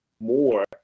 more